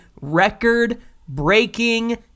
record-breaking